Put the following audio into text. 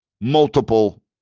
multiple